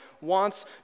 wants